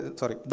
sorry